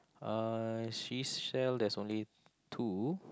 uh seashell there's only two